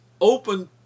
open